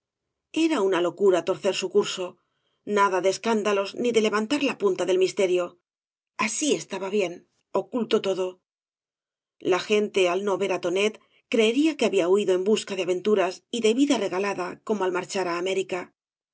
era una locura torcer su curso nada de escándalos ni de levantar la punta del misterio así estaba bien oculto todo la gente al no ver á tonet creería que había huido en busca de aventuras y de vida rega lada como al marchar á américa